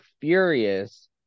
furious